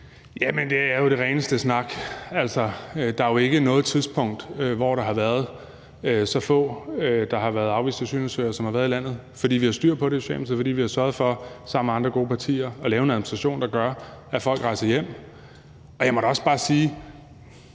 Jamen det er jo det rene snak. Der er ikke noget tidspunkt, hvor der har været så få afviste asylansøgere i landet som nu, og det er, fordi vi har styr på det i Socialdemokratiet, og fordi vi sammen med andre gode partier har sørget for at lave en administration, der gør, at folk rejser hjem. Og jeg må da også bare sige: